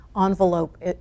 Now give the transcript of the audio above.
envelope